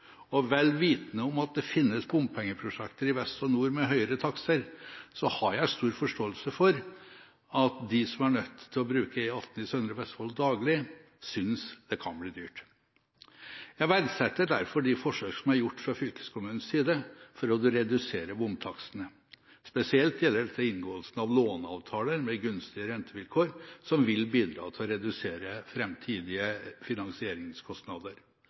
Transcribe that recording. Nøtterøy–Oslo, vel vitende om at det finnes bompengeprosjekter i vest og nord med høyere takster, har jeg stor forståelse for at de som er nødt til å bruke E18 i søndre Vestfold daglig, synes det kan bli dyrt. Jeg verdsetter derfor de forsøk som er gjort fra fylkeskommunens side for å redusere bomtakstene. Spesielt gjelder dette inngåelsen av låneavtaler med gunstige rentevilkår, som vil bidra til å redusere framtidige finansieringskostnader.